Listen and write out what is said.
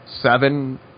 seven